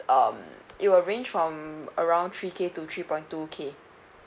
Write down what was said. um it will range from around three K to three point two K